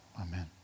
amen